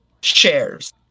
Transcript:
shares